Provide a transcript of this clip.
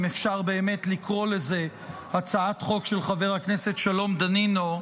אם אפשר באמת לקרוא לזה הצעת חוק של חבר הכנסת שלום דנינו,